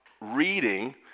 reading